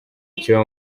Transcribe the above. kiba